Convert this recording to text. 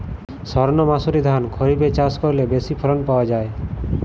সর্ণমাসুরি ধান খরিপে চাষ করলে বেশি ফলন পাওয়া যায়?